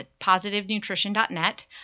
positivenutrition.net